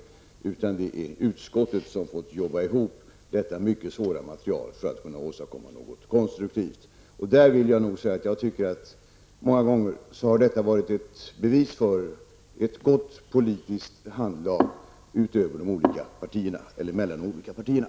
Det är i stället utskottet som har fått arbeta ihop detta mycket svåra material för att åstadkomma något konstruktivt. Jag vill gärna säga att resultatet är ett bevis på ett gott politiskt handlag mellan de olika partierna.